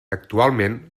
actualment